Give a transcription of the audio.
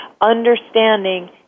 understanding